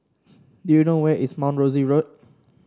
do you know where is Mount Rosie Road